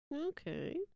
Okay